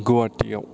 गुवाहाटीआव